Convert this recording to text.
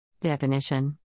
Definition